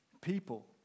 people